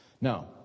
Now